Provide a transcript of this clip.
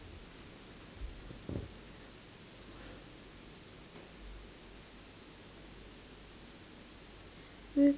let's